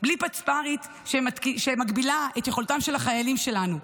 בלי פצמ"רית שמגבילה את יכולתם של החיילים שלנו.